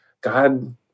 God